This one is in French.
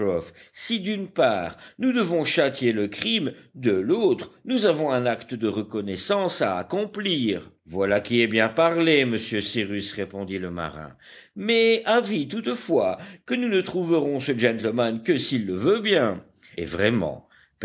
si d'une part nous devons châtier le crime de l'autre nous avons un acte de reconnaissance à accomplir voilà qui est bien parlé monsieur cyrus répondit le marin m'est avis toutefois que nous ne trouverons ce gentleman que s'il le veut bien et vraiment